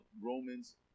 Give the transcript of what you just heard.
Romans